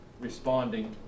responding